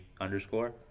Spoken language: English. underscore